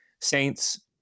saints